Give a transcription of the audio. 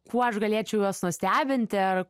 kuo aš galėčiau juos nustebinti ar